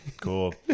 Cool